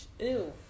Ew